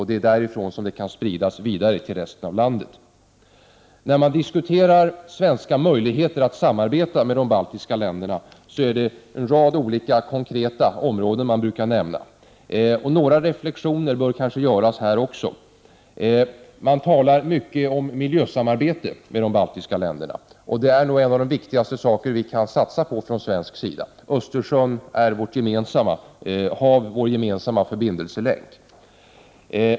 Det är därifrån det skall spridas vidare till resten av landet. När man diskuterar svenska möjligheter att samarbeta med de baltiska länderna är det en rad olika konkreta områden som man brukar nämna. En reflektion bör kunna göras även här. Man talar mycket om miljösamarbete med de baltiska länderna. Det är en av de viktigaste sakerna som vi kan satsa på från svensk sida. Östersjön är vårt gemensamma hav och vår gemensamma förbindelselänk.